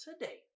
today